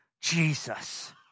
Jesus